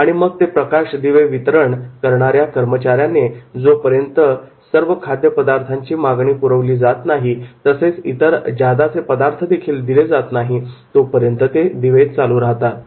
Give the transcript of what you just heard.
आणि मग ते प्रकाश दिवे वितरण करणाऱ्या कर्मचाऱ्याने जोपर्यंत सर्व खाद्यपदार्थांची मागणी पुरवली जात नाही आणि तसेच इतर ज्यादाचे पदार्थदेखील दिले जात नाहीत तोपर्यंत ते दिवे चालू राहतात